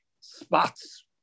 spots